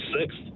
sixth